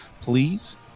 please